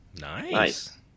Nice